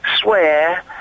swear